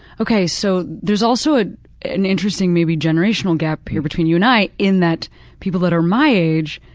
okay, so there's also ah an interesting maybe generational gap here between you and i in that people that are my age,